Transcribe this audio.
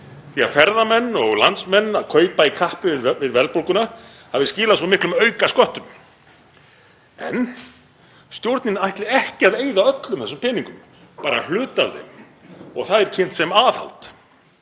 því að ferðamenn og landsmenn að kaupa í kappi við verðbólguna hafi skilað svo miklum aukasköttum. En stjórnin ætli ekki að eyða öllum þessum peningum, bara hluta af þeim og það er kynnt sem aðhald.